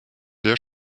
der